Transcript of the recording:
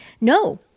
No